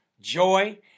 Joy